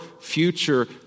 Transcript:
future